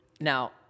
Now